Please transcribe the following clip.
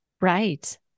Right